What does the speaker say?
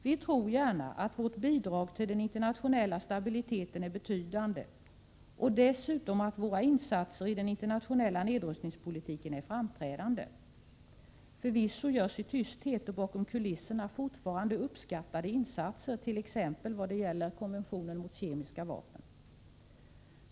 Vi tror gärna att vårt bidrag till den internationella stabiliteten är betydande och dessutom att våra insatser i den internationella nedrustningspolitiken är framträdande. Förvisso görs i tysthet och bakom kulisserna fortfarande uppskattade insatser, t.ex. vad gäller konventionen mot kemiska vapen.